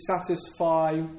satisfy